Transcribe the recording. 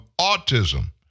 autism